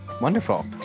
wonderful